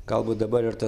galbūt dabar ir ta